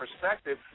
perspective